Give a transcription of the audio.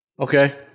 Okay